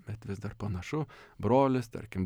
bet vis dar panašu brolis tarkim